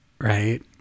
right